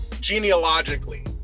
genealogically